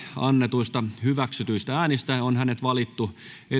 annetuista hyväksytyistä äänistä on hänet valittu eduskunnan puhemieheksi vuoden kaksituhattayhdeksäntoista